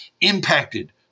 impacted